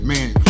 Man